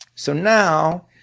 so now,